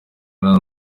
nta